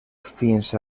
fins